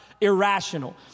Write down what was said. Irrational